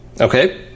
Okay